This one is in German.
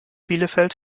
bielefeld